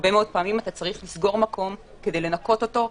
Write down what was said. הרבה מאוד פעמים אתה צריך לסגור מקום כדי לנקות אותו,